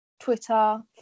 twitter